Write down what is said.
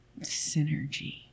synergy